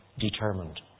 determined